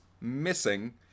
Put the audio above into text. missing